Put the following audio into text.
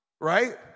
right